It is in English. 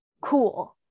cool